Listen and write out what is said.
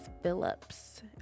Phillips